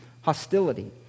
Hostility